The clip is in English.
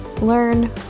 Learn